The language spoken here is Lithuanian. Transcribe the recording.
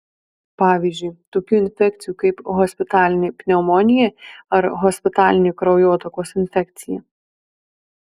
pavyzdžiui tokių infekcijų kaip hospitalinė pneumonija ar hospitalinė kraujotakos infekcija